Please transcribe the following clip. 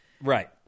right